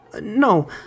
no